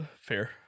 Fair